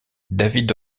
david